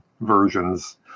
versions